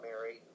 Mary